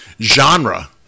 genre